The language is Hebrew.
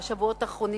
בשבועות האחרונים,